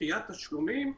דחיית תשלומים,